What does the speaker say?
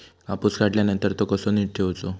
कापूस काढल्यानंतर तो कसो नीट ठेवूचो?